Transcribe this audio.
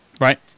Right